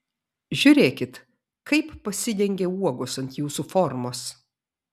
žiūrėkit kaip pasidengia uogos ant jūsų formos